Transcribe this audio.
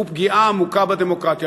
הוא פגיעה עמוקה בדמוקרטיה.